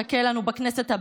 אמר המנכ"ל: